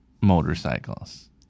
motorcycles